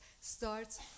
starts